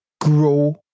grow